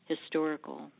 historical